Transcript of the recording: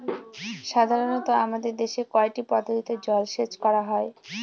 সাধারনত আমাদের দেশে কয়টি পদ্ধতিতে জলসেচ করা হয়?